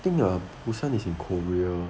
I think err busan is in korea